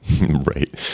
Right